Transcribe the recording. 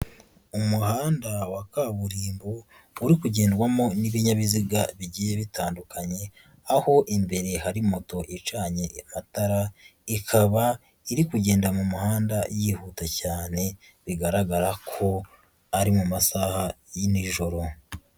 Umuhanda wa kaburimbo, uri kugendwamo n'ibinyabiziga bigiye bitandukanye, aho imbere hari moto icanye amatara, ikaba iri kugenda mu muhanda yihuta cyane, bigaragara ko ari mu masaha ya nijoro.